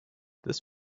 this